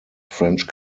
french